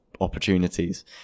opportunities